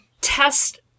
test